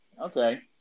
Okay